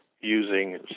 using